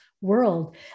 world